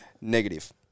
Negative